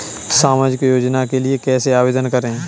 सामाजिक योजना के लिए कैसे आवेदन करें?